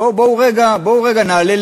בואו רגע נעלה,